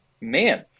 Man